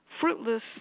fruitless